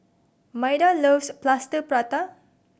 Maida loves Plaster Prata